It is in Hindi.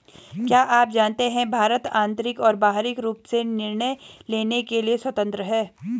क्या आप जानते है भारत आन्तरिक और बाहरी रूप से निर्णय लेने के लिए स्वतन्त्र है?